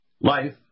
life